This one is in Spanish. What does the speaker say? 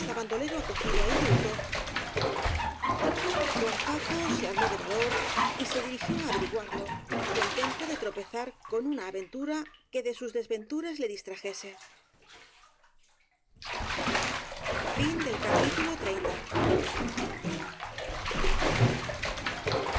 bandolero acogido á indulto don paco se armó de valor y se dirigió á averi guarlo contento de tropezar con una aventura que de sus desventuras le distrajese sin